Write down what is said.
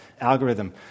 algorithm